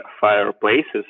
fireplaces